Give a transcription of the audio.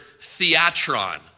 theatron